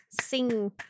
sing